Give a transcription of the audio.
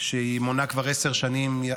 שמונה כבר עשר שנים,